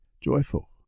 joyful